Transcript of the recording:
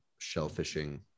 shellfishing